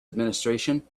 administration